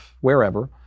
wherever